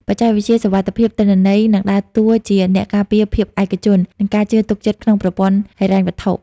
បច្ចេកវិទ្យាសុវត្ថិភាពទិន្នន័យនឹងដើរតួជាអ្នកការពារភាពឯកជន និងការជឿទុកចិត្តក្នុងប្រព័ន្ធហិរញ្ញវត្ថុ។